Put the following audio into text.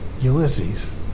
Ulysses